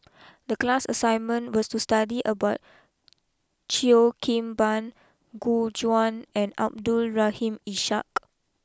the class assignment was to study about Cheo Kim Ban Gu Juan and Abdul Rahim Ishak